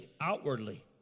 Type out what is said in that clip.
outwardly